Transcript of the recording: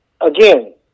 again